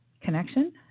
Connection